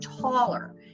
taller